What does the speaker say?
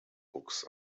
books